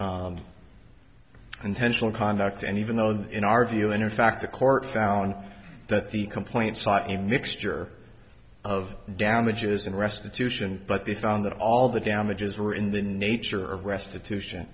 well intentional conduct and even though that in our view and in fact the court found that the complaint sought a mixture of damages and restitution but they found that all the damages were in the nature of restitution